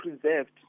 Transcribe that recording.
preserved